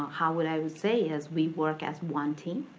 how would i would say is, we work as one team.